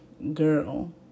girl